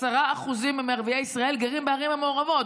10% מערביי ישראל גרים בערים המעורבות,